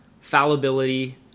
fallibility